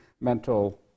mental